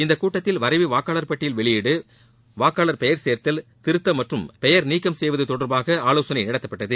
இக்கூட்டத்தில் வரைவு வாக்காளர் பட்டியல் வெளியீடு வாக்காளர் பெயர் சேர்த்தல் திருத்தம் மற்றும் பெயர் நீக்கம் செய்வது தொடர்பாக ஆலோசனை நடத்தப்பட்டது